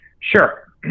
sure